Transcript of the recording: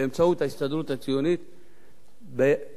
באמצעות ההסתדרות הציונית בגולה,